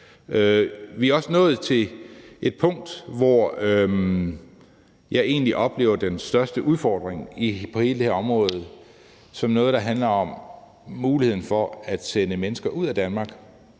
Vi er også nået til et punkt, hvor jeg egentlig oplever den største udfordring på hele det her område som noget, der handler om muligheden for at sende mennesker ud af Danmark,